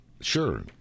Sure